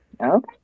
Okay